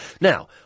Now